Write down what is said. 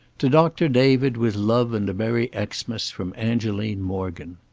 to doctor david, with love and a merry xmas, from angeline morgan.